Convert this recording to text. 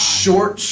short